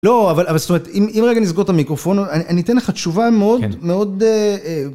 לא, אבל זאת אומרת, אם רגע נסגור את המיקרופון, אני אתן לך תשובה מאוד, מאוד...